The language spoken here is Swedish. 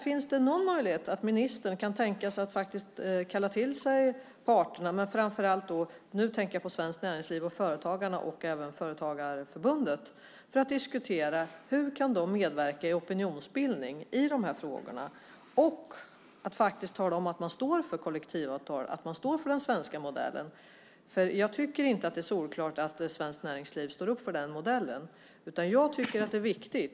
Finns det någon möjlighet att ministern kan tänkas kalla till sig parterna, framför allt Svenskt Näringsliv, Företagarna och Företagarförbundet, för att diskutera hur de kan medverka i opinionsbildning i dessa frågor och tala om att de står för kollektivavtal och den svenska modellen? Jag tycker inte att det är solklart att Svenskt Näringsliv står upp för den modellen.